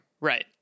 Right